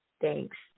Thanks